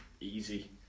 Easy